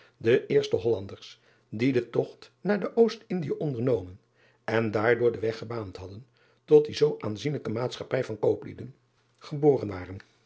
de eerste ollanders die den togt naar de ost ndie ondernomen en daardoor den weg gebaand hadden tot die zoo aanzienlijke aatschappij van kooplieden geboren waren